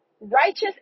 righteous